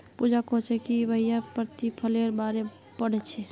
पूजा कोहछे कि वहियं प्रतिफलेर बारे पढ़ छे